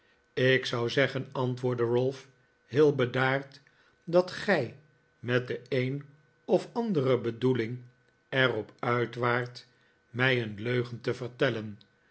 ik zou zeggen antwoordde ralph heel bedaard dat gij met de een of andere bedoeling er op uit waart mij een leugen te vertellen